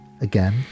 again